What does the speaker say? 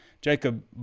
Jacob